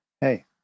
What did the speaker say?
hey